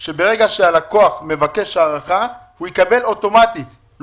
שברגע שהלקוח מבקש הארכה הוא מקבל אוטומטית,